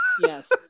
Yes